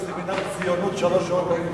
חוק ומשפט להכנה לקריאה שנייה וקריאה שלישית.